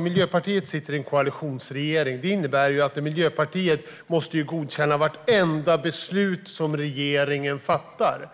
Miljöpartiet sitter i en koalitionsregering. Det innebär att Miljöpartiet måste godkänna vartenda beslut som regeringen fattar.